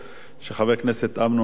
שחבר הכנסת אמנון כהן,